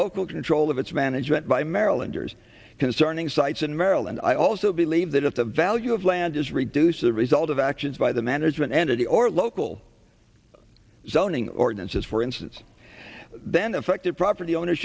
local control of its management by marylanders concerning sites in maryland i also believe that if the value of land is reduced to the result of actions by the management entity or local zoning ordinances for instance then affected property owners